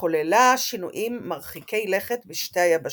וחוללה שינויים מרחיקי לכת בשתי היבשות.